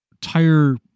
tire